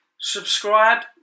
Subscribe